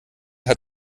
hat